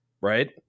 Right